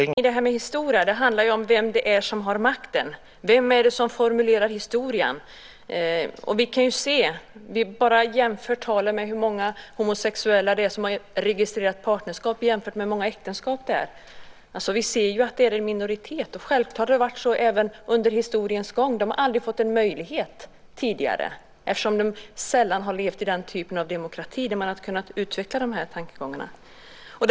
Herr talman! Nej, men min poäng i det här med historien handlar om vem det är som har makten, vem det är som formulerar historien. Vi kan ju jämföra talen, jämföra antalet homosexuella som har registrerat partnerskap med antalet äktenskap. Vi ser att det är fråga om en minoritet. Självklart har det varit så även under historiens gång. Tidigare har man aldrig fått en möjlighet eftersom man sällan levt i den typ av demokrati där de här tankegångarna har kunnat utvecklas.